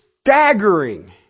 staggering